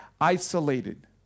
isolated